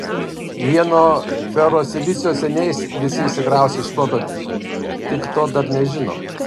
jie nuo ferosilicio seniai visi išsikraustė iš proto tik to dar nežino